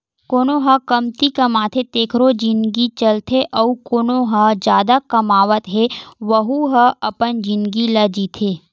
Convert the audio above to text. कोनो ह कमती कमाथे तेखरो जिनगी चलथे अउ कोना ह जादा कमावत हे वहूँ ह अपन जिनगी ल जीथे